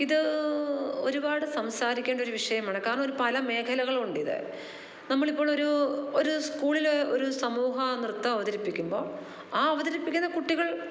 ഇത് ഒരുപാട് സംസാരിക്കേണ്ട ഒരു വിഷയമാണ് കാരണം ഒരു പല മേഖലകളുണ്ട് ഇത് നമ്മൾ ഇപ്പോളൊരു ഒരു സ്കൂളിൽ ഒരു സമൂഹ നൃത്തം അവതരിപ്പിക്കുമ്പോൾ ആ അവതരിപ്പിക്കുന്ന കുട്ടികൾ